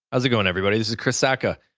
how's it going, everybody? this is chris sacca,